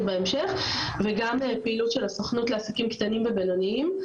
בהמשך וגם פעילות של הסוכנות לעסקים קטנים ובינוניים.